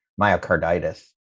myocarditis